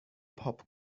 پاپ